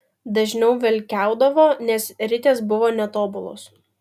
dažniau velkiaudavo nes ritės buvo netobulos